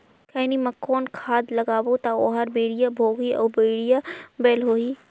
खैनी मा कौन खाद लगाबो ता ओहार बेडिया भोगही अउ बढ़िया बैल होही?